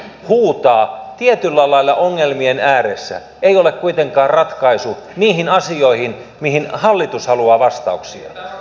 se kun oppositio nyt tavallaan huutaa tietyllä lailla ongelmien ääressä ei ole kuitenkaan ratkaisu niihin asioihin mihin hallitus haluaa vastauksia